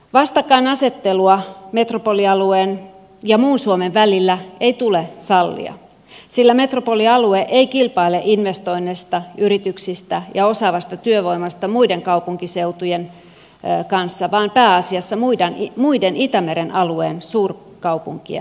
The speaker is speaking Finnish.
vastakkainasettelua metropolialueen ja muun suomen välillä ei tule sallia sillä metropolialue ei kilpaile investoinneista yrityksistä ja osaavasta työvoimasta muiden kaupunkiseutujen kanssa vaan pääasiassa muiden itämeren alueen suurkaupunkien kanssa